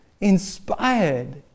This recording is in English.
inspired